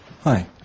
Hi